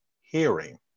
hearing